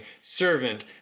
servant